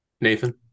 Nathan